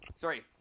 sorry